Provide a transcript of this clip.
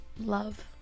love